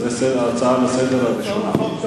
זאת הצעה לסדר-היום, הראשונה.